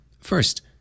First